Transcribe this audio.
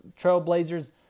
trailblazers